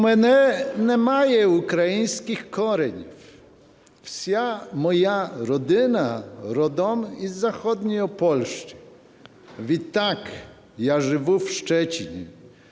У мене немає українських коренів, вся моя родина родом із Західної Польщі. Відтак я живу в Щецині,